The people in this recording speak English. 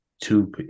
two